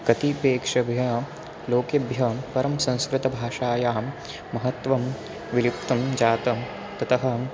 कतिपयेभ्यः लोकेभ्यः परं संस्करतभाषायाः महत्त्वं विलिप्तं जातं ततः